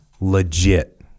Legit